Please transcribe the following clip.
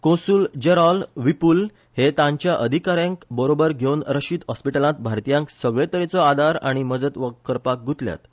consul general Vipul हे तांच्या अधिकाऱ्यांक बरोबर घेवन रशिद हॉस्पीटलांत भारतीयांक सगळेतरेचो आदार आनी मजत करपाक गुतल्यात